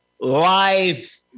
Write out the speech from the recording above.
Life